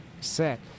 set